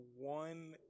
one